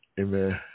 amen